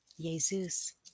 Jesus